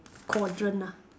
quadrant ah